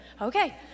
Okay